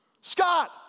Scott